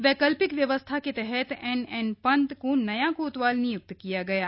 वैकल्पिक व्यवस्था के तहत एनएन पंत को नया कोतवाल निय्क्त किया गया है